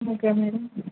okay madam